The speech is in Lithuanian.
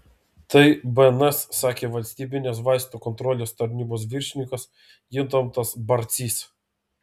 tai bns sakė valstybinės vaistų kontrolės tarnybos viršininkas gintautas barcys